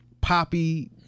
poppy